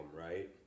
right